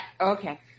Okay